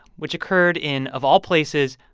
which occurred in, of all places,